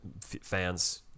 fans